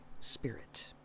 spirit